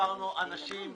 מספר אנשים.